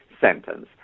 sentence